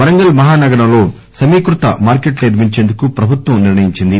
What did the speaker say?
వరంగల్ మహా నగరంలో సమీకృత మార్కెట్లు నిర్మించేందుకు ప్రభుత్వం నిర్ణయించింది